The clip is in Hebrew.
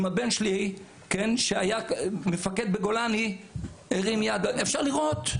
אם הבן שלי שהיה מפקד בגולני הרים יד אפשר לראות.